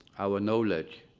our knowledge